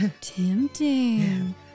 Tempting